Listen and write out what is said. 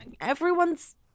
everyone's